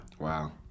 Wow